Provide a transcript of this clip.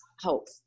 hope